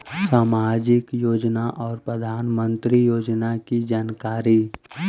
समाजिक योजना और प्रधानमंत्री योजना की जानकारी?